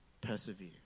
persevere